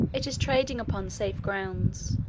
it is trading upon safe grounds.